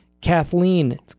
Kathleen